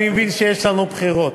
ואני מבין שיש לנו בחירות.